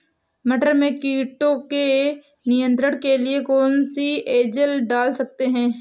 मटर में कीटों के नियंत्रण के लिए कौन सी एजल डाल सकते हैं?